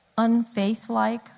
unfaith-like